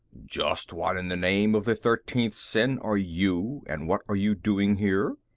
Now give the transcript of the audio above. just what in the name of the thirteenth sin are you and what are you doing here?